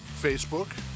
Facebook